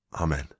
Amen